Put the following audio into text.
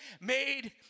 made